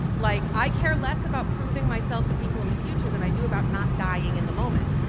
like, i care less about proving myself to people in the future than i do about not dying in the moment.